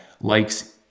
likes